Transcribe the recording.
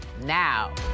now